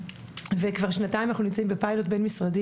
וכבר שנתיים אנחנו נמצאים בפיילוט בין משרדי